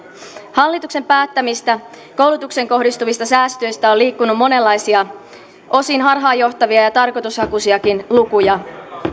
hallituksen päättämistä koulutukseen kohdistuvista säästöistä on liikkunut monenlaisia osin harhaanjohtavia ja tarkoitushakuisiakin lukuja